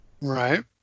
Right